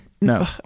No